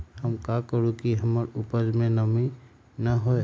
हम की करू की हमर उपज में नमी न होए?